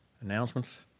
announcements